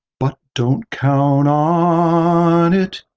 but don't count ah on it,